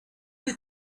that